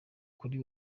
kuri